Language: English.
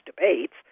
debates